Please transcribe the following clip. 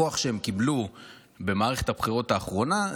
הכוח שהם קיבלו במערכת הבחירות האחרונה,